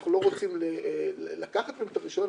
אנחנו לא רוצים לקחת מהן את הרישיון,